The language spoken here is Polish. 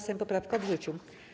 Sejm poprawkę odrzucił.